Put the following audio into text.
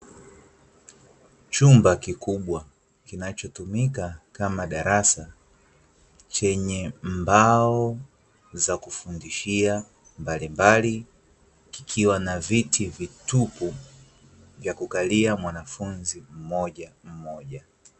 Chumba kikubwa kinachotumika kama darasa, chenye mbao za kufundishia mbalimbali, kikiwa na viti vitupu vya kukalia mwanafunzi mmojammoja.